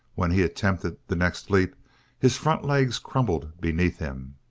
when he attempted the next leap his front legs crumbled beneath him.